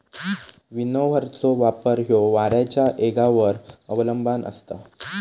विनोव्हरचो वापर ह्यो वाऱ्याच्या येगावर अवलंबान असता